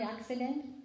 accident